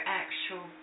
actual